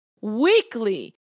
weekly